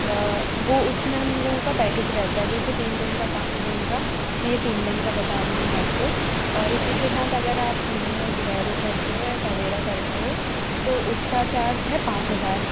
वो उसमें हम लोगों का पैकेज रहता है जैसे तीन दिन का पाँच दिन का तो ये तीन दिन का बता रही हूँ मैं आपको और इसीके साथ अगर आप नॉर्मल बोलैरो करते हो या टवेरा करते हो तो उसका चार्ज है पाँच हज़ार